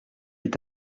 est